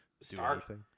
start